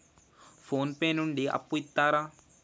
Phone pay నుండి అప్పు ఇత్తరా?